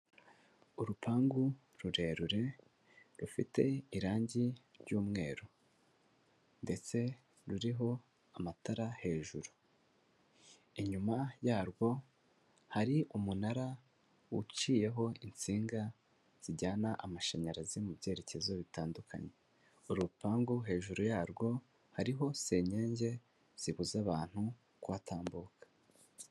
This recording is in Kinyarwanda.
Urupangu rurerure rufite irangi ry'umweru. Ndetse ruriho amatara hejuru. Inyuma yarwo hari umunara uciyeho insinga zijyana amashanyarazi mu byerekezo bitandukanye. Uru rupangu hejuru yarwo hariho senyenge zibuza abantu kuhatambuka.